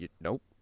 nope